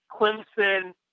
Clemson